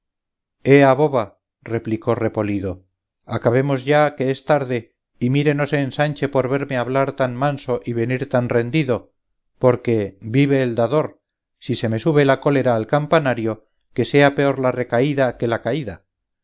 ea boba replicó repolido acabemos ya que es tarde y mire no se ensanche por verme hablar tan manso y venir tan rendido porque vive el dador si se me sube la cólera al campanario que sea peor la recaída que la caída